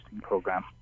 program